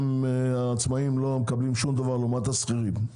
והעצמאים לא מקבלים דבר לעומת השכירים.